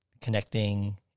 connecting